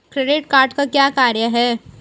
Credit card का क्या कार्य है?